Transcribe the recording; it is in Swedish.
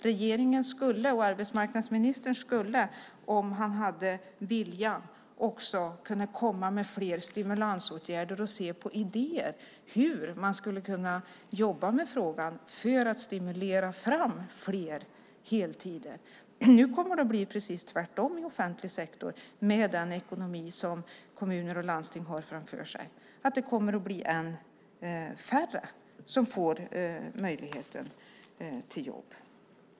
Regeringen skulle - även arbetsmarknadsministern om han hade viljan - kunna komma med fler stimulansåtgärder och se på olika idéer om hur man skulle kunna jobba med detta för att stimulera fram fler heltider. Men med den ekonomi som kommuner och landsting nu har framför sig kommer det att bli precis tvärtom i offentliga sektorn, det vill säga att ännu färre får en möjlighet till jobb.